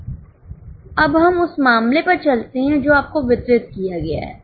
अब हम उस मामले पर चलते हैं जो आपको वितरित किया गया है